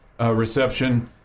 reception